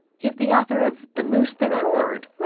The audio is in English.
he's the author of the mouse that roared.